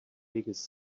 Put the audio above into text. biggest